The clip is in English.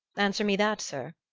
answer me that, sir!